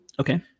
Okay